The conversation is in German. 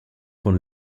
von